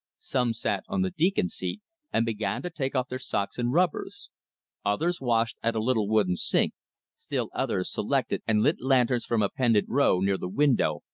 some sat on the deacon seat and began to take off their socks and rubbers others washed at a little wooden sink still others selected and lit lanterns from a pendant row near the window,